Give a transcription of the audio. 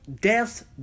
death